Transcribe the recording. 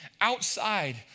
outside